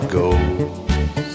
goes